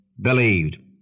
believed